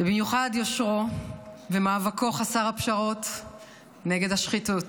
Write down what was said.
ובמיוחד יושרו ומאבקו חסר הפשרות נגד השחיתות.